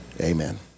amen